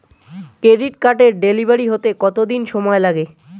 Credit কার্ডের delivery হতে কতদিন সময় লাগে?